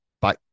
bye